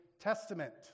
Testament